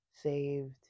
saved